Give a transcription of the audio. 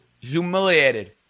humiliated